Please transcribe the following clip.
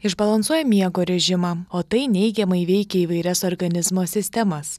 išbalansuoja miego režimą o tai neigiamai veikia įvairias organizmo sistemas